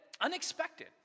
unexpected